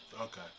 Okay